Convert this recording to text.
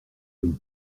une